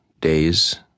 days